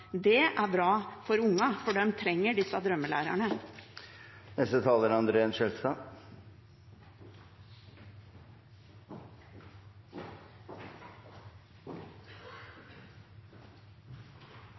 Det er bra for ungene, for de trenger disse drømmelærerne. Nå er